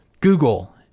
google